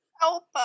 Help